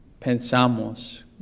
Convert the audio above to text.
pensamos